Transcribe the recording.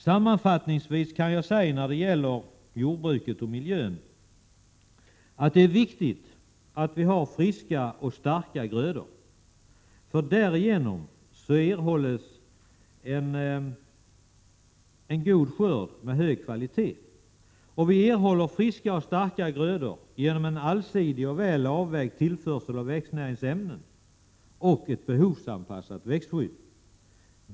Sammanfattningsvis kan jag säga om jordbruket och miljön att det är viktigt att vi har friska och starka grödor. Därigenom erhålles en god skörd med hög kvalitet. Vi erhåller friska och starka grödor genom allsidig och väl avvägd tillförsel av växtnäringsämnen och ett behovsanpassat växtskydd.